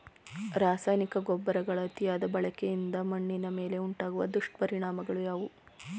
ರಾಸಾಯನಿಕ ಗೊಬ್ಬರಗಳ ಅತಿಯಾದ ಬಳಕೆಯಿಂದ ಮಣ್ಣಿನ ಮೇಲೆ ಉಂಟಾಗುವ ದುಷ್ಪರಿಣಾಮಗಳು ಯಾವುವು?